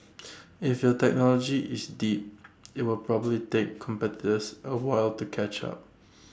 if your technology is deep IT will probably take competitors A while to catch up